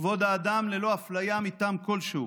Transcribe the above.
כבוד האדם ללא אפליה מטעם כלשהו,